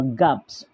gaps